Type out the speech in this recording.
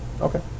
Okay